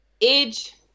Age